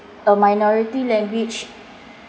a minority language